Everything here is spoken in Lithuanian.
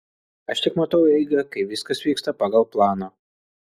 aš tik matau eigą kai viskas vyksta pagal planą